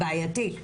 בעייתי.